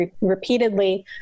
repeatedly